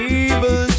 evil